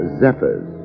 zephyrs